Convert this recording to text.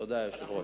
תודה, היושב-ראש.